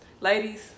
ladies